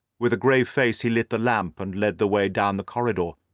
with a grave face he lit the lamp and led the way down the corridor.